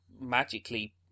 magically